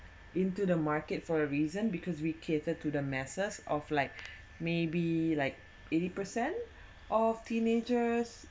into the market for a reason because we cater to the masses of like maybe like eighty percent of teenagers